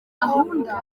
gahunda